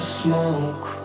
smoke